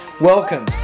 Welcome